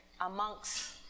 amongst